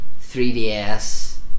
3DS